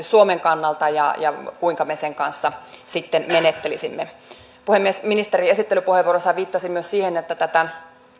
suomen kannalta ja ja kuinka me sen kanssa sitten menettelisimme puhemies ministeri esittelypuheenvuorossaan viittasi myös siihen että tätä